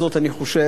אני חושב,